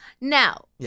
Now